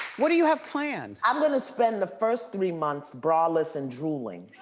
what do you have planned? i'm gonna spend the first three months braless and drooling.